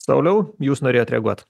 sauliau jūs norėjot reaguot